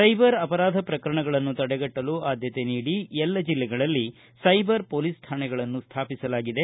cyber ಅಪರಾಧ ಪ್ರಕರಣಗಳನ್ನು ತಡೆಗಟ್ಟಲು ಆದ್ಯತೆ ನೀಡಿ ಎಲ್ಲ ಜಿಲ್ಲೆಗಳಲ್ಲಿ ಸೈಬರ್ ಪೊಲೀಸ್ ಶಾಣೆಗಳನ್ನು ಸ್ಥಾಪಿಸಲಾಗಿದೆ